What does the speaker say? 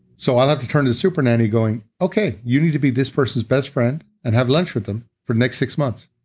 so i'll have to turn to the super nanny going, okay, you need to be this person's best friend and have lunch with them for the next six months